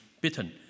bitten